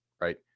right